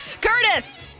Curtis